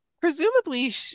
presumably